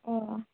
अ